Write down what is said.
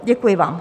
Děkuji vám.